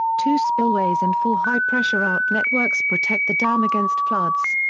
two spillways and four high pressure outlet works protect the dam against floods.